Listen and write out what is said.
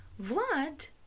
Vlad